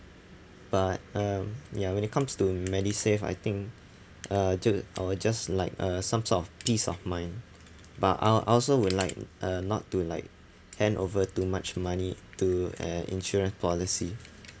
but um ya when it comes to MediSave I think uh to I would just like uh some sort of peace of mind but I'll I'll also will like uh not too like hand over too much money to an insurance policy